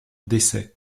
décès